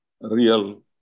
real